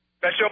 Special